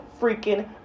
freaking